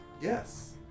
Yes